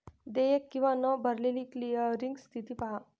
देयक किंवा न भरलेली क्लिअरिंग स्थिती पहा